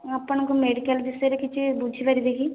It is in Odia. ମୁଁ ଆପଣଙ୍କ ମେଡ଼ିକାଲ୍ ବିଷୟରେ କିଛି ବୁଝିପାରିବି କି